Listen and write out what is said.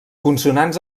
consonants